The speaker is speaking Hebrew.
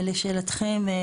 לשאלתכם,